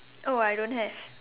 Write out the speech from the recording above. oh I don't have